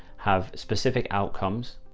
have specific outcomes.